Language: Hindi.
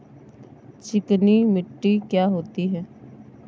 चिकनी मिट्टी क्या होती है?